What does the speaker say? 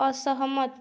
असहमत